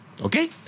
Okay